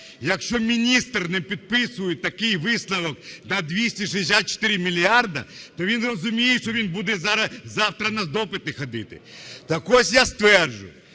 якщо міністр не підписує такий висновок на 264 мільярди, то він розуміє, що він буде завтра на допити ходити. Так ось, я стверджую,